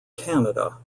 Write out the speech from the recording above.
canada